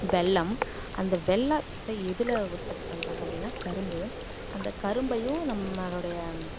வெல்லம் அந்த வெல்லத்தை எதில் உற்பத்தி பண்ணுறாங்க அப்டின்னா கரும்பு அந்த கரும்பையும் நம்மளோடய